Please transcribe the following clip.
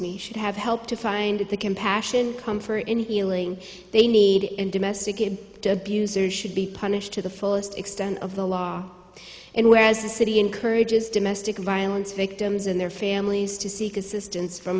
who should have help to find the compassion comfort and healing they need in domestic abuse or should be punished to the fullest extent of the law and whereas the city encourages domestic violence victims and their families to seek assistance from